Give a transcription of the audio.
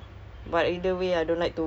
ah rabak ah